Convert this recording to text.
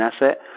asset